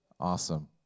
awesome